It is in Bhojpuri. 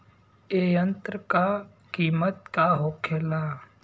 ए यंत्र का कीमत का होखेला?